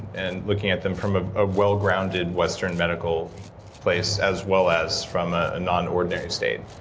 and looking at them from ah a well-grounded, western medical place, as well as from a nonordinary state.